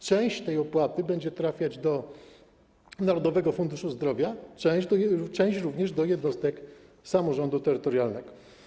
Część tej opłaty będzie trafiać do Narodowego Funduszu Zdrowia, a część do jednostek samorządu terytorialnego.